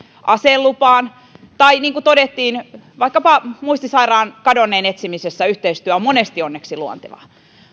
aselupaan ja niin kuin todettiin vaikkapa kadonneen muistisairaan etsimisessä yhteistyö on monesti onneksi luontevaa